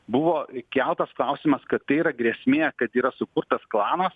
buvo įkeltas klausimas kad tai yra grėsmė kad yra sukurtas klanas